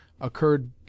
occurred